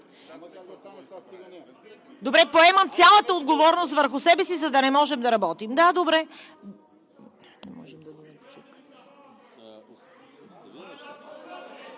Добре, поемам цялата отговорност върху себе си, за да не можем да работим. Да, добре.